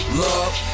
love